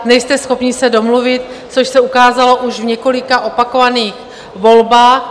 Nejste schopni se domluvit, což se ukázalo už v několika opakovaných volbách.